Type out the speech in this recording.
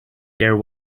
there